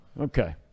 Okay